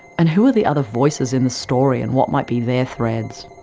and who are the other voices in the story, and what might be their threads?